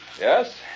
Yes